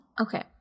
Okay